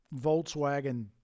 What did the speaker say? Volkswagen